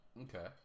Okay